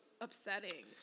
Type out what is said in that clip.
upsetting